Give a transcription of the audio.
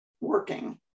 working